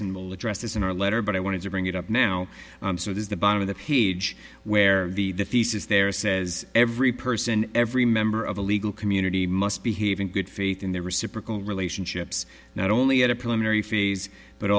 an address this in our letter but i wanted to bring it up now so there's the bottom of the page where the the faeces there says every person every member of a legal community must behave in good faith in their reciprocal relationships not only at a preliminary phase but